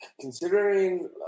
considering